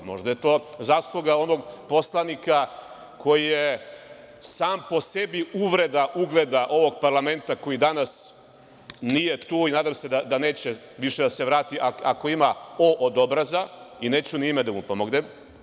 Možda je to zasluga onog poslanika koji je sam po sebi uvreda ugleda ovog parlamenta, koji danas nije tu i nadam se da neće više da se vrati, ako ima po od obraza, i neću ni ime da mu pomenem.